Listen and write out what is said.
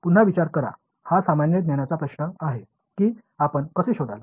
पुन्हा विचार करा हा सामान्य ज्ञानचा प्रश्न आहे की आपण कसे शोधाल